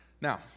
Now